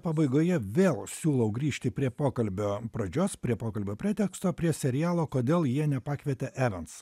pabaigoje vėl siūlau grįžti prie pokalbio pradžios prie pokalbio preteksto prie serialo kodėl jie nepakvietė evans